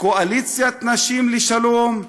"קואליציית נשים לשלום",